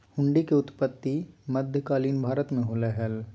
हुंडी के उत्पत्ति मध्य कालीन भारत मे होलय हल